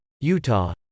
Utah